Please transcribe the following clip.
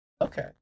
Okay